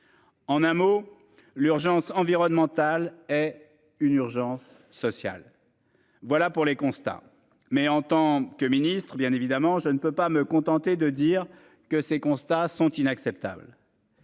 En un mot l'urgence environnementale et une urgence sociale. Voilà pour les constats. Mais en tant que ministre, bien évidemment, je ne peux pas me contenter de dire que ces constats sont inacceptables.